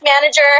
manager